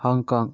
Hong Kong